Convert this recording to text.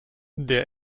der